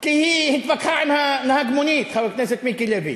כי היא התווכחה עם נהג מונית, חבר הכנסת מיקי לוי.